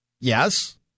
yes